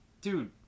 dude